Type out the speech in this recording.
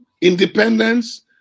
independence